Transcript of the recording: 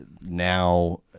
now